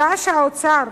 שעה שהאוצר